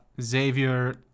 Xavier